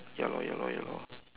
ya lor ya lor ya lor